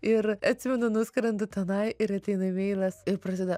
ir atsimenu nuskrendu tenai ir ateina imeilas ir prasideda